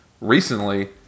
recently